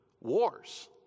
wars